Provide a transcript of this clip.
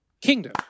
Kingdom